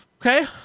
okay